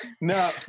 No